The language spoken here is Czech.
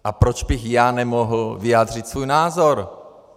A proč bych já nemohl vyjádřit svůj názor?